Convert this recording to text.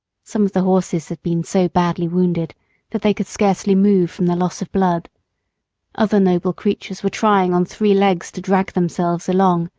some of the horses had been so badly wounded that they could scarcely move from the loss of blood other noble creatures were trying on three legs to drag themselves along,